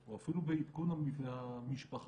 או אפילו בעדכון המשפחה